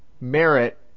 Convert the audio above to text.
merit